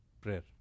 prayer